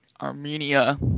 Armenia